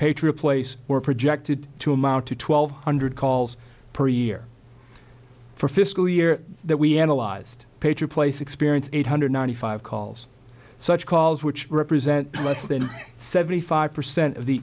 patriot place were projected to amount to twelve hundred calls per year for fiscal year that we analyzed pager place experience eight hundred ninety five calls such calls which represent less than seventy five percent of the